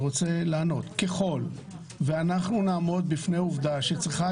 ככל שאנחנו נעמוד בפני עובדה שצריכה